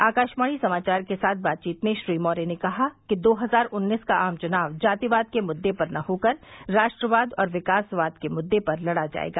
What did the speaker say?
आकाशवाणी समाचार के साथ बातचीत में श्री मौर्य ने कहा कि दो हजार उन्नीस का आम चुनाव जातिवाद के मुद्दे पर न होकर राष्ट्रवाद और विकासवाद के मुद्दे पर लड़ा जायेगा